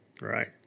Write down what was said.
right